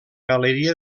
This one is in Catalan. galeria